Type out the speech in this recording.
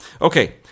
Okay